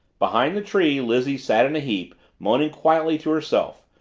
behind the tree lizzie sat in a heap, moaning quietly to herself,